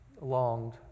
longed